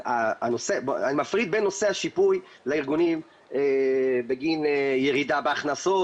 אני מפריד בין נושא השיפוי לארגונים בגין ירידה בהכנסות